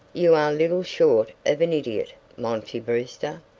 you are little short of an idiot, monty brewster,